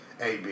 AB